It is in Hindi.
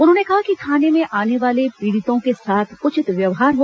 उन्होंने कहा कि थाने में आने वाले पीड़ितों के साथ उचित व्यवहार हो